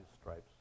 stripes